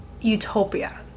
utopia